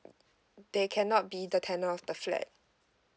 they cannot be the tenant of the flat